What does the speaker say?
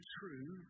true